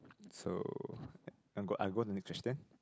so I go I go to the next question